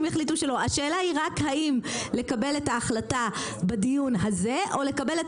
השאלה היא רק האם לקבל את ההחלטה בדיון הזה או לקבל את